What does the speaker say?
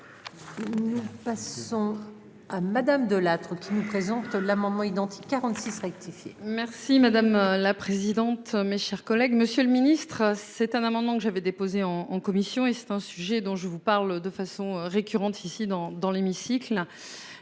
Nous passons à madame De Lattre qui nous présente l'amendement identique 46 rectifié. Merci madame la présidente. Mes chers collègues, Monsieur le Ministre. C'est un amendement que j'avais déposé en en commission et c'est un sujet dont je vous parle de façon récurrente ici dans, dans l'hémicycle.